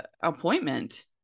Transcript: appointment